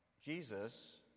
Jesus